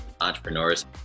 entrepreneurs